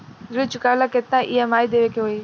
ऋण चुकावेला केतना ई.एम.आई देवेके होई?